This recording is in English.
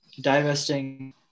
Divesting